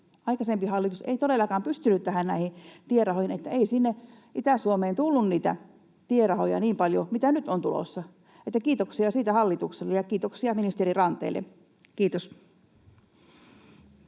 aikaisempi hallitus ei todellakaan pystynyt näihin tierahoihin, että ei sinne Itä-Suomeen tullut niitä tierahoja niin paljon kuin mitä nyt on tulossa. Kiitoksia siitä hallitukselle ja kiitoksia ministeri Ranteelle. — Kiitos.